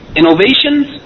innovations